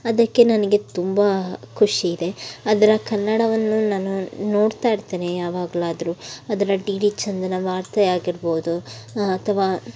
ಅದಕ್ಕೆ ನನಗೆ ತುಂಬ ಖುಷಿ ಇದೆ ಅದರ ಕನ್ನಡವನ್ನು ನಾನು ನೋಡ್ತಾಯಿರ್ತೇನೆ ಯಾವಾಗ್ಲಾದ್ರೂ ಅದರ ಡಿ ಡಿ ಚಂದನ ವಾರ್ತೆ ಆಗಿರ್ಬೋದು ಅಥವಾ